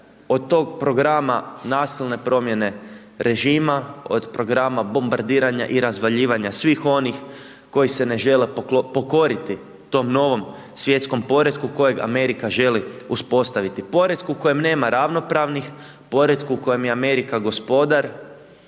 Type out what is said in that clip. od tog programa nasilne promjene režima, od programa bombardiranja i razvaljivanja svih onih koji se ne žele pokoriti tom novog svjetskom poretku kojeg Amerika želi uspostaviti. Poretku kojem nema ravnopravnih, poretku u kojem je Amerika gospodar